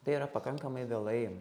tai yra pakankamai vėlai